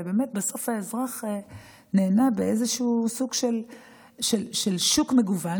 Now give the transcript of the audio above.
ובאמת בסוף האזרח נהנה מסוג של שוק מגוון,